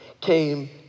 came